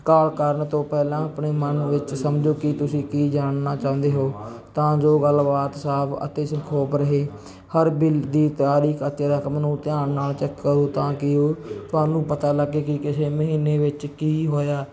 ਕਾਲ ਕਰਨ ਤੋਂ ਪਹਿਲਾਂ ਆਪਣੇ ਮਨ ਵਿੱਚ ਸਮਝੋ ਕਿ ਤੁਸੀਂ ਕੀ ਜਾਣਨਾ ਚਾਹੁੰਦੇ ਹੋ ਤਾਂ ਜੋ ਗੱਲਬਾਤ ਸਾਫ਼ ਅਤੇ ਸੰਖੇਪ ਰਹੇ ਹਰ ਬਿੱਲ ਦੀ ਤਾਰੀਖ਼ ਅਤੇ ਰਕਮ ਨੂੰ ਧਿਆਨ ਨਾਲ ਚੈੱਕ ਕਰੋ ਤਾਂ ਕਿ ਉਹ ਤੁਹਾਨੂੰ ਪਤਾ ਲੱਗੇ ਕਿ ਕਿਸ ਮਹੀਨੇ ਵਿੱਚ ਕੀ ਹੋਇਆ